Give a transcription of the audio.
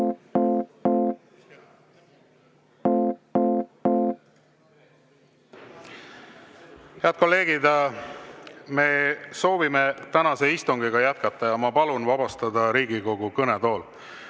Head kolleegid! Me soovime tänast istungit jätkata. Ma palun vabastada Riigikogu kõnetool!